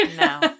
No